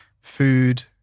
food